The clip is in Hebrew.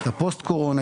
את הפוסט קורונה,